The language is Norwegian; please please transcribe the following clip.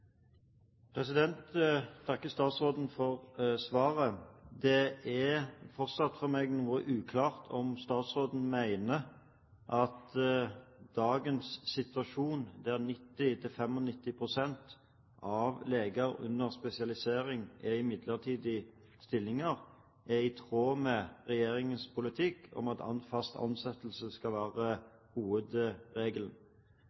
for meg om statsråden mener at dagens situasjon, der 90–95 pst. av leger under spesialisering er i midlertidige stillinger, er i tråd med regjeringens politikk, at fast ansettelse skal